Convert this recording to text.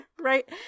right